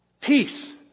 peace